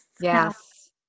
Yes